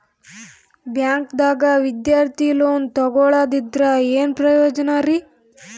ಬ್ಯಾಂಕ್ದಾಗ ವಿದ್ಯಾರ್ಥಿ ಲೋನ್ ತೊಗೊಳದ್ರಿಂದ ಏನ್ ಪ್ರಯೋಜನ ರಿ?